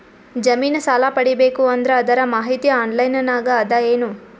ಜಮಿನ ಸಾಲಾ ಪಡಿಬೇಕು ಅಂದ್ರ ಅದರ ಮಾಹಿತಿ ಆನ್ಲೈನ್ ನಾಗ ಅದ ಏನು?